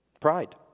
Pride